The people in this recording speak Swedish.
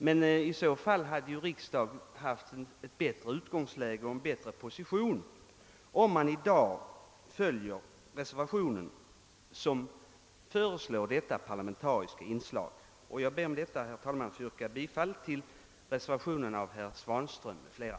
Men i så fall skulle ju riksdagen få ett bättre utgångsläge och en bättre position om den i dag följer reservationen, som föreslår detta parlamentariska inslag. Jag kommer, herr talman, att yrka bifall till reservationen av herr Svanström m.fl.